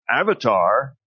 avatar